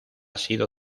sido